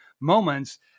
moments